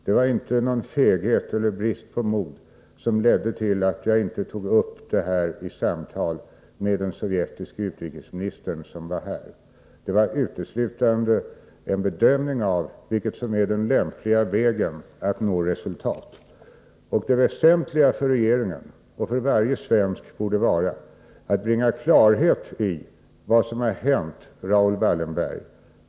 Det var inte feghet eller brist på mod som ledde till att jag inte tog upp denna fråga vid samtalen med den sovjetiske utrikesministern när denne var här, utan det var uteslutande en bedömning av vad som är den lämpliga vägen att nå resultat. Det väsentliga för regeringen, och för varje svensk, borde vara att klarhet bringas i fallet Raoul Wallenberg.